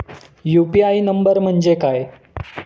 UPI number म्हणजे काय?